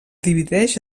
divideix